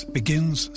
begins